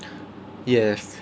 yes